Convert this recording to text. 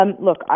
Look